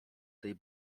tej